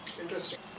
Interesting